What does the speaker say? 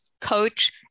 coach